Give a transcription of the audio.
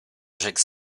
rzekł